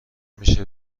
میشه